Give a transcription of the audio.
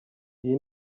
iyi